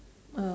uh